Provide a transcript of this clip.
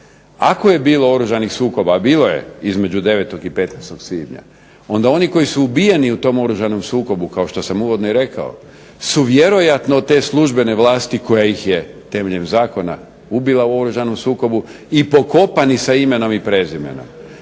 Ako je bilo oružanih sukoba, a bilo je između 9. i 15. svibnja, onda oni koji su ubijeni u tom oružanom sukobu, kao što sam uvodno i rekao, su vjerojatno te službene vlasti koja ih je temeljem zakona ubila u oružanom sukobu i pokopani sa imenom i prezimenom.